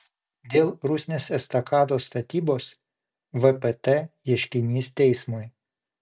dėl rusnės estakados statybos vpt ieškinys teismui